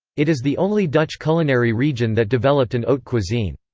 it is the only dutch culinary region that developed an haute cuisine.